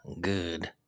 good